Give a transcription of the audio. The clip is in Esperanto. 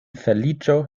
feliĉo